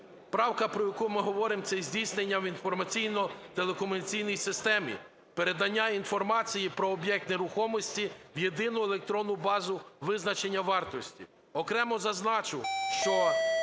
Правка, про яку ми говоримо, це здійснення в інформаційно-телекомунікаційній системі передання інформації про об'єкт нерухомості в Єдину електронну базу визначення вартості. Окремо зазначу, що